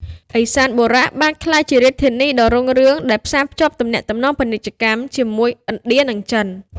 ឦសានបុរៈបានក្លាយជារាជធានីដ៏រុងរឿងដែលផ្សារភ្ជាប់ទំនាក់ទំនងពាណិជ្ជកម្មជាមួយឥណ្ឌា និងចិន។